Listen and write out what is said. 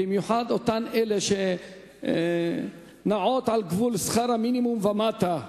במיוחד אותן אלה שנעות על גבול שכר המינימום ומטה,